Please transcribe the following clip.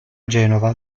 genova